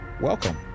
welcome